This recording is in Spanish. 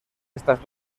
estas